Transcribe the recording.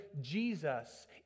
Jesus